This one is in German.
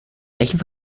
welchen